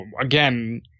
again